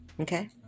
Okay